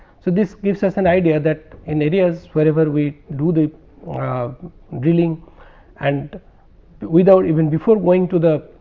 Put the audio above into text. so, this gives us an idea that in areas, wherever we do the ah drilling and but without even before going to the